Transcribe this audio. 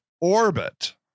orbit